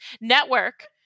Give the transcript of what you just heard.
Network